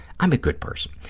i'm a good person,